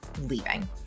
Leaving